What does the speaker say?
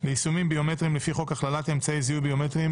ליישומים ביומטריים לפי חוק הכללת אמצעי זיהוי ביומטריים